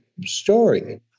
story